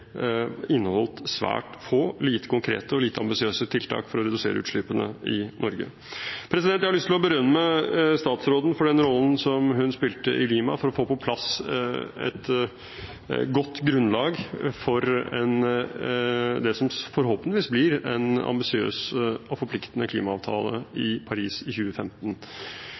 inneholdt svært få, lite konkrete og lite ambisiøse tiltak for å redusere utslippene i Norge. Jeg har lyst til å berømme statsråden for den rollen som hun spilte i Lima for å få på plass et godt grunnlag for det som forhåpentligvis blir en ambisiøs og forpliktende klimaavtale i Paris i 2015.